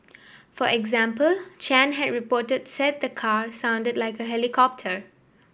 for example Chan had reported said the car sounded like a helicopter